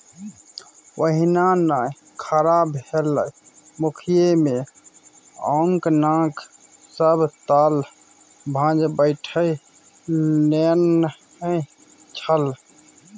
ओहिना नै खड़ा भेलै मुखिय मे आंकड़ाक सभ ताल भांज बैठा नेने छल